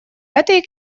этой